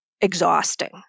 exhausting